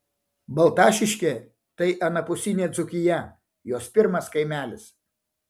baltašiškė tai anapusinė dzūkija jos pirmas kaimelis